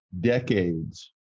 decades